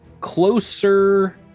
closer